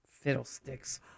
fiddlesticks